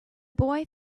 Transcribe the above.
boy